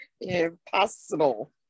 Impossible